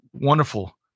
wonderful